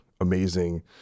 amazing